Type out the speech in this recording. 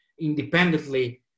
independently